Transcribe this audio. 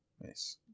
Nice